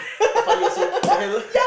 not funny also what the hell